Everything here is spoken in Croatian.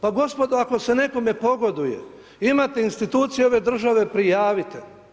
Pa gospodo, ako se nekome pogoduje imate institucije ove države, prijavite.